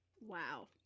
Wow